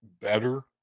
better